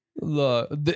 look